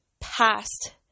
past